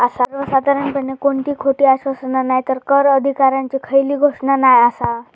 सर्वसाधारणपणे कोणती खोटी आश्वासना नायतर कर अधिकाऱ्यांची खयली घोषणा नाय आसा